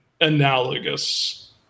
analogous